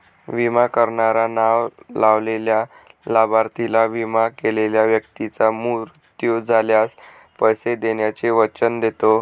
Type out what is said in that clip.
विमा करणारा नाव लावलेल्या लाभार्थीला, विमा केलेल्या व्यक्तीचा मृत्यू झाल्यास, पैसे देण्याचे वचन देतो